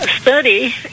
study